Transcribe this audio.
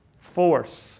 force